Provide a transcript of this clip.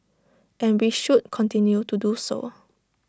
and we should continue to do so